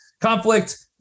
conflict